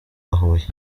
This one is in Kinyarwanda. huye